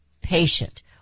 patient